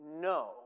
No